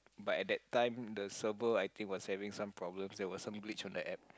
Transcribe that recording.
but at that time the server I think was having some problems there was some glitch on the App